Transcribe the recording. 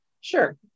Sure